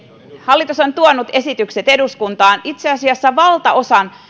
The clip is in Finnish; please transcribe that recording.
hallitus on tuonut esitykset eduskuntaan itse asiassa valtaosan